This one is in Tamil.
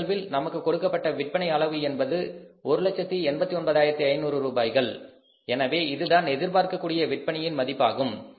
இந்த நிகழ்வில் நமக்கு கொடுக்கப்பட்ட விற்பனை அளவு என்பது 189500 ரூபாய்கள் எனவே இதுதான் எதிர்பார்க்கக்கூடிய விற்பனையின் மதிப்பாகும்